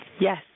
Yes